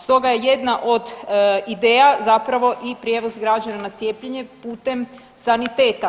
Stoga je jedna od ideja zapravo i prijevoz građana na cijepljenje putem saniteta.